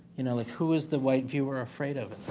you know, like, who is the wife you were afraid of